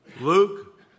Luke